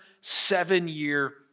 seven-year